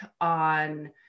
on